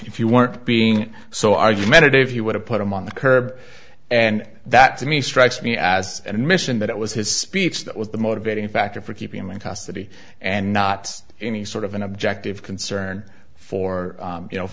if you weren't being so argumentative you would have put him on the curb and that to me strikes me as an admission that it was his speech that was the motivating factor for keeping him in custody and not any sort of an objective concern for you know